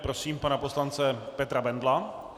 Prosím pana poslance Petra Bendla.